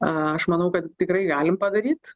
aš manau kad tikrai galim padaryt